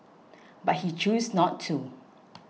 but he chose not to